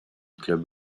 club